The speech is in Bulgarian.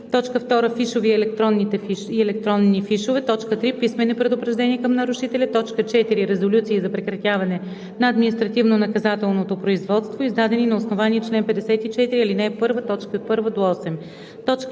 2. фишове и електронни фишове; 3. писмени предупреждения към нарушителя; 4. резолюции за прекратяване на административнонаказателното производство, издадени на основание чл. 54, ал. 1, т. 1 – 8;